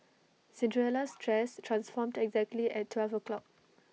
Cinderella's dress transformed exactly at twelve o'clock